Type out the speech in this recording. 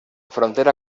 frontera